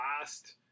last